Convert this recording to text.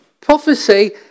Prophecy